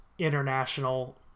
international